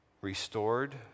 restored